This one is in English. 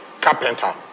carpenter